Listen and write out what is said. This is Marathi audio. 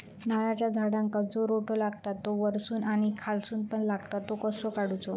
नारळाच्या झाडांका जो रोटो लागता तो वर्सून आणि खालसून पण लागता तो कसो काडूचो?